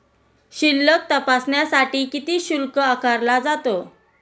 शिल्लक तपासण्यासाठी किती शुल्क आकारला जातो?